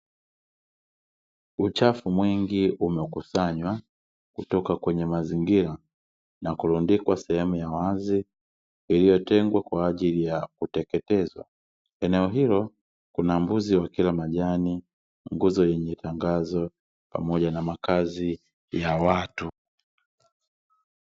Uchafu mwingi umekusanywa, kutoka kwenye mazingira, na kurundikwa sehemu ya wazi, iliyotengwa kwa ajili ya kuteketezwa. Eneo hilo kuna mbuzi wakila majani, nguzo yenye tangazo, pamoja na makazi ya watu.